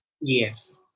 Yes